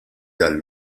tal